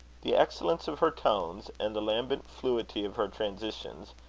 the excellence of her tones, and the lambent fluidity of her transitions,